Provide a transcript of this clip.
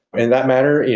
in that manner,